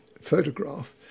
photograph